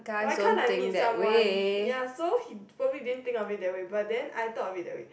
why can't I meet someone ya so he probably didn't think of it that way but then I thought of it that way